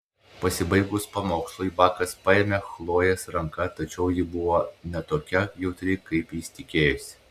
pasibaigus pamokslui bakas paėmė chlojės ranką tačiau ji buvo ne tokia jautri kaip jis tikėjosi